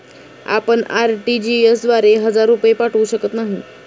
आपण आर.टी.जी.एस द्वारे हजार रुपये पाठवू शकत नाही